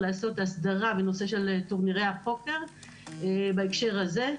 לעשות הסדרה בנושא טורנירי הפוקר בהקשר הזה.